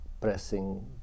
pressing